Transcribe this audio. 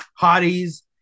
hotties